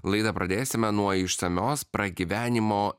laidą pradėsime nuo išsamios pragyvenimo